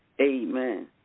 Amen